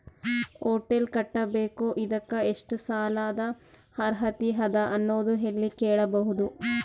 Hotel ಕಟ್ಟಬೇಕು ಇದಕ್ಕ ಎಷ್ಟ ಸಾಲಾದ ಅರ್ಹತಿ ಅದ ಅನ್ನೋದು ಎಲ್ಲಿ ಕೇಳಬಹುದು?